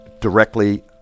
directly